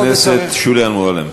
חברת הכנסת שולי מועלם,